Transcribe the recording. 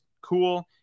cool